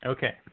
Okay